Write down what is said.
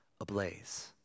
ablaze